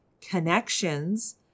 connections